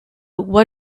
what